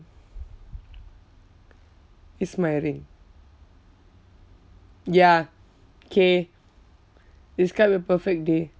it's my ring ya K describe your perfect day